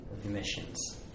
emissions